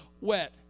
wet